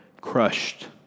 crushed